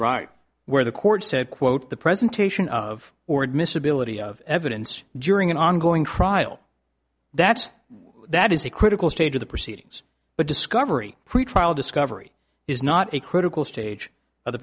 right where the court said quote the presentation of or admissibility of evidence during an ongoing trial that's that is a critical stage of the proceedings but discovery pretrial discovery is not a critical stage of the